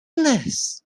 madness